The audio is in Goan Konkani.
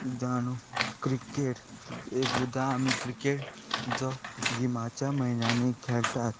क्रिकेट एक सुदां आमी क्रिकेट जो गिमाच्या म्हयन्यांनी खेळटात